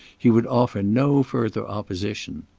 he would offer no further opposition.